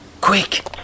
Quick